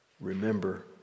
Remember